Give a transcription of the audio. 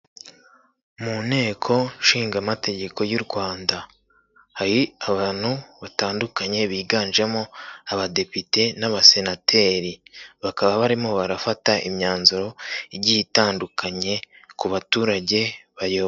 Mu nteko nshingamategeko y'u Rwanda. Hari abantu batandukanye biganjemo abadepite n'abasenateri. Bakaba barimo barafata imyanzuro igiye itandukanye ku baturage bayo.